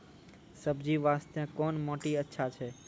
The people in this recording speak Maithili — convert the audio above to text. सब्जी बास्ते कोन माटी अचछा छै?